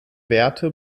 werte